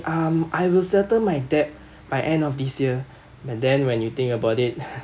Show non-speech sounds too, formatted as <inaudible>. um I will settle my debt by end of this year but then when you think about it <laughs>